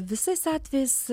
visais atvejais